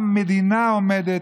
גם מדינה עומדת,